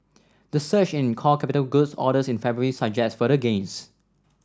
the surge in core capital goods orders in February suggests further gains